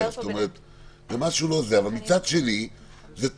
באופן אישי הייתי יכולה לדבר פה --- אבל מצד שני זה טוב,